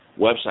website